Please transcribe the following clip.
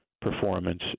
performance